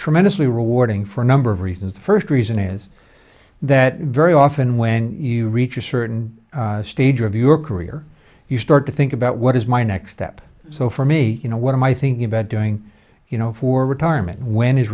tremendously rewarding for a number of reasons the first reason is that very often when you reach a certain stage of your career you start to think about what is my next step so for me you know what am i thinking about doing you know for retirement when his